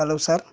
hello sir